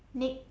nick